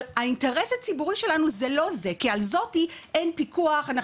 אבל האינטרס הציבורי שלנו זה לא זה כי על זאתי אין פיקוח אנחנו